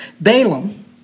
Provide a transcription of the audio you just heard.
Balaam